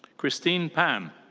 christine pham.